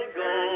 go